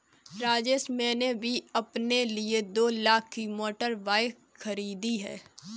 राजेश मैंने भी अपने लिए दो लाख की मोटर बाइक खरीदी है